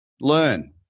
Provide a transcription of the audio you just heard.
learn